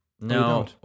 no